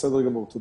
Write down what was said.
בסדר גמור, תודה.